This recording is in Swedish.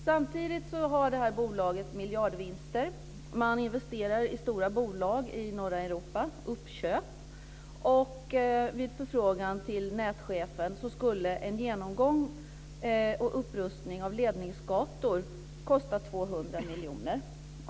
Samtidigt har bolaget miljardvinster, man investerar i stora bolag i norra Europa, uppköp. Vid förfrågan till nätchefen skulle en genomgång och upprustning av ledningsgator kosta 200 miljoner.